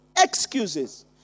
excuses